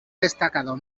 destacado